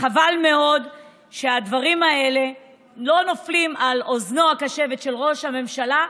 חבל מאוד שהדברים האלה לא נופלים על אוזנם הקשבת של ראש הממשלה,